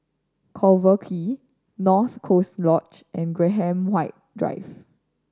Collyer Quay North Coast Lodge and Graham White Drive